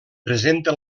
presenta